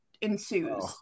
ensues